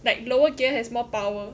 like lower gear has more power